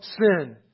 sin